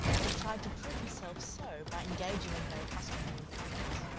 and tried to prove herself so, by engaging in her accustomary employments.